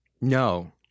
No